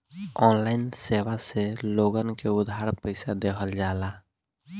online सेवा से लोगन के उधार पईसा देहल जाला